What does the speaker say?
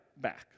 back